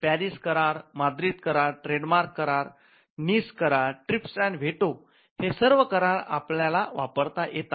Paris करारा Madrid करार trade करार निस करार ट्रिप्स अँड व्हेटो हे सर्व करार आपल्याला वापरता येतात